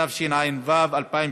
התשע"ו 2016,